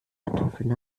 kartoffeln